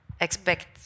expect